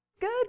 Good